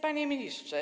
Panie Ministrze!